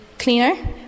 cleaner